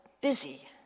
busy